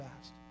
fast